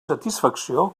satisfacció